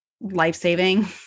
life-saving